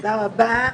תודה רבה.